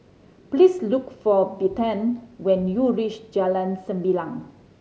please look for Bethann when you reach Jalan Sembilang